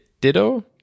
Ditto